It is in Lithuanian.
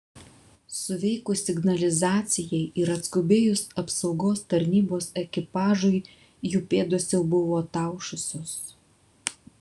suveikus signalizacijai ir atskubėjus apsaugos tarnybos ekipažui jų pėdos jau buvo ataušusios